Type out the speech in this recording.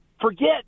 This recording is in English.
forget